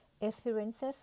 experiences